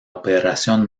operación